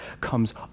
comes